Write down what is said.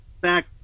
back